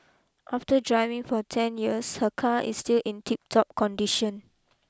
after driving for ten years her car is still in tip top condition